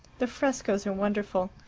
the frescoes are wonderful.